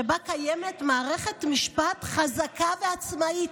שבה קיימת מערכת משפט חזקה ועצמאית.